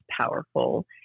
powerful